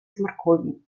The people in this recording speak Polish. smarkuli